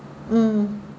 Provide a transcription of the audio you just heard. mm